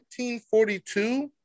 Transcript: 1942